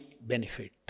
benefit